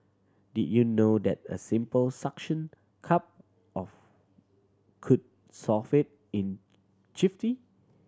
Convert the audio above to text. did you know that a simple suction cup of could solve it in jiffy